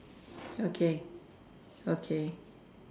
okay okay